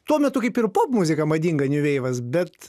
tuo metu kaip ir popmuzika madinga niveivas bet